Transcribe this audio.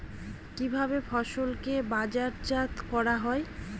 কিভাবে ফসলকে বাজারজাত করা হয়?